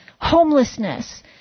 homelessness